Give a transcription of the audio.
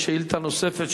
יש שאילתא נוספת,